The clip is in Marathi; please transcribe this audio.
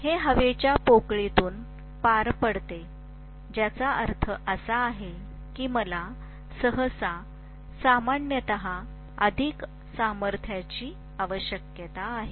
हे हवेच्या पोकळीतून पार पडते ज्याचा अर्थ असा आहे की मला सहसा सामान्यत अधिक सामर्थ्याची आवश्यकता आहे